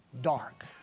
dark